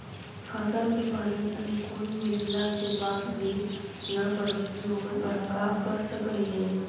फसल के पानी अनुकुल मिलला के बाद भी न बढ़ोतरी होवे पर का कर सक हिय?